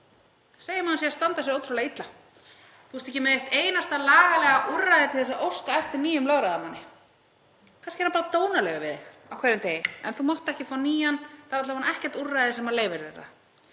Segjum að hann sé að standa sig ótrúlega illa. Þá er ekki eitt einasta lagalegt úrræði til þess að óska eftir nýjum lögráðamanni. Kannski er hann bara dónalegur við þig á hverjum degi en þú mátt ekki fá nýjan, það er alla vega ekkert úrræði sem leyfir það.